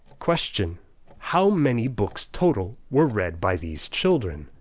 question how many books total were read by these children?